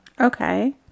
Okay